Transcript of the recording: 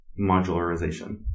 modularization